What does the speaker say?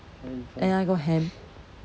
and I got ham